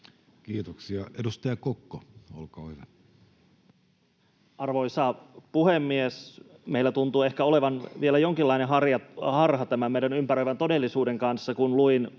Kiitoksia. — Edustaja Kokko, olkaa hyvä. Arvoisa puhemies! Meillä tuntuu ehkä olevan vielä jonkinlainen harha tämän meidän ympäröivän todellisuuden kanssa, sillä kun luin